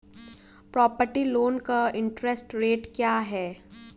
Property loan का interest rate क्या है?